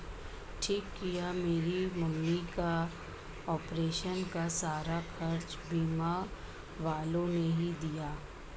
ठीक किया मेरी मम्मी का ऑपरेशन का सारा खर्चा बीमा वालों ने ही दिया